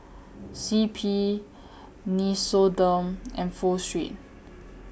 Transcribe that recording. C P Nixoderm and Pho Street